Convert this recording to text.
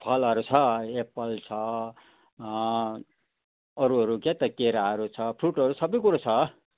फलहरू छ एप्पल छ अरूहरू क्या त केराहरू छ फ्रुटहरू सबै कुरो छ